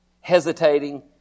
hesitating